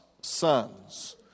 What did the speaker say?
sons